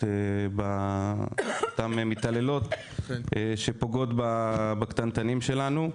על ידי אותן מתעללות שפוגעות בקטנטנים שלנו.